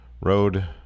Road